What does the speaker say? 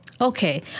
Okay